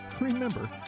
Remember